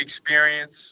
experience